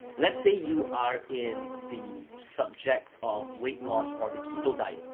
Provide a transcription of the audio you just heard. let's say you are in the subject of weight loss or the keto diet.